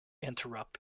interrupt